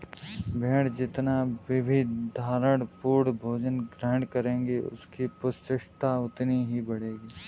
भेंड़ जितना विविधतापूर्ण भोजन ग्रहण करेगी, उसकी पुष्टता उतनी ही बढ़ेगी